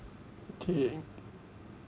okay